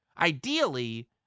Ideally